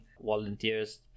volunteers